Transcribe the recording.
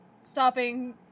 stopping